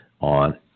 on